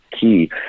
key